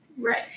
right